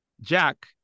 jack